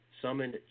Summoned